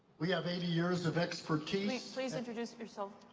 we have eighty years of expertise. please introduce yourself.